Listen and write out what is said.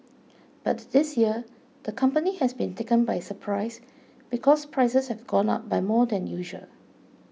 but this year the company has been taken by surprise because prices have gone up by more than usual